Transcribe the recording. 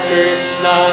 Krishna